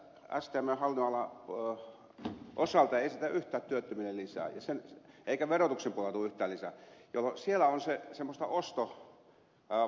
stmn hallinnonalan osalta ei esitetä yhtään työttömille lisää eikä verotuksen puolella tule yhtään lisää jolloin siellä on semmoista ostovajetta kulutusvajetta